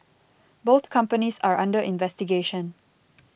both companies are under investigation